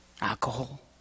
alcohol